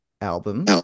album